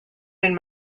been